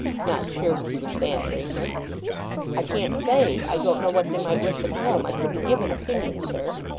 not sure but he was bantering her i can't say. i don't know what they might wish at home. i couldn't give an opinion, sir